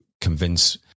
convince